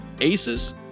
aces